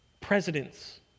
presidents